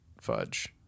fudge